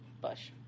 bush